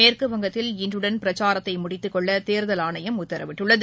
மேற்குவங்கத்தில் இன்றுடன் பிரச்சாரத்தை முடித்துக் கொள்ள தேர்தல் ஆணையம் உத்தரவிட்டுள்ளது